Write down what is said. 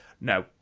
No